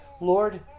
Lord